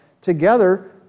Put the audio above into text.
together